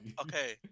okay